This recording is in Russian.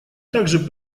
также